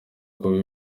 kuba